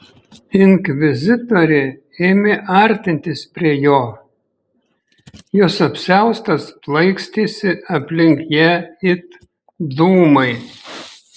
inkvizitorė ėmė artintis prie jo jos apsiaustas plaikstėsi aplink ją it dūmai